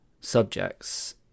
subjects